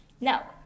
Now